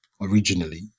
originally